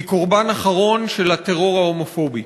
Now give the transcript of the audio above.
היא קורבן אחרון של הטרור ההומופובי.